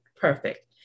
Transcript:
perfect